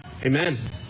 Amen